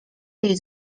jej